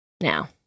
now